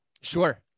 Sure